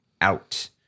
out